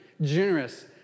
generous